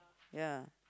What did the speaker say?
ya